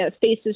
faces